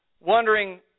wondering